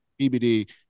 BBD